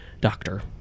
doctor